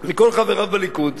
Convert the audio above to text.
מכל חבריו בליכוד,